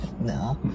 no